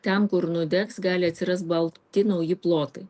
ten kur nudegs gali atsirast balti nauji plotai